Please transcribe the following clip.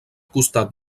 costat